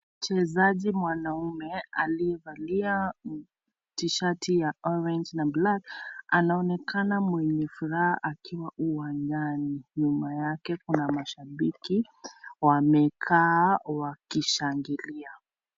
Mchezaji mwanaume aliyevalia tishati ya orange na black anaonekana mwenye furaha akiwa uwanjani nyuma yake kuna mashabiki wamekaa wakishangilia.